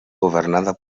governada